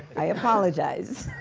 i apologize.